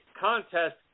contest